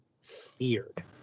feared